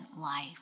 life